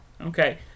Okay